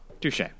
Touche